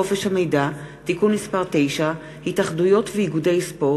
המידע (תיקון מס' 9) (התאחדויות ואיגודי ספורט),